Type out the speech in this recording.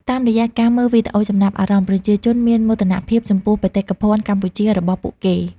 តាមរយៈការមើលវីដេអូចំណាប់អារម្មណ៍ ប្រជាជនមានមោទនភាពចំពោះបេតិកភណ្ឌកម្ពុជារបស់ពួកគេ។